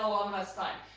almost time.